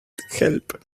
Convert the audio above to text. help